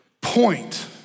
point